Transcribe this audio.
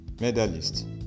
medalist